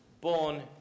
born